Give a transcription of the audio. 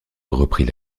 reprit